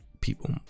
people